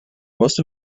most